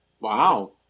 Wow